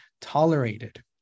tolerated